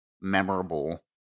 memorable